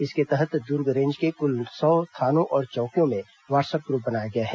इसके तहत दुर्ग रेंज के कुल सौ थानों और चौकियों में व्हाट्सअप ग्रूप बनाया गया है